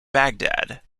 baghdad